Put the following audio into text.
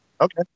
Okay